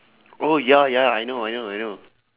oh ya ya I know I know I know